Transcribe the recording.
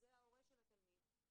וזה ההורה של התלמיד,